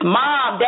mom